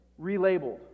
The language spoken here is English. relabeled